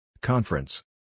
Conference